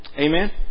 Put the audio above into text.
Amen